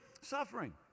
suffering